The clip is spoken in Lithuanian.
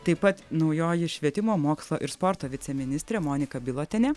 taip pat naujoji švietimo mokslo ir sporto viceministrė monika bilotienė